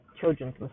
children's